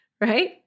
Right